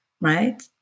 Right